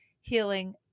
Healing